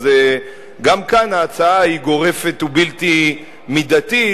אז גם כאן ההצעה היא גורפת ובלתי מידתית,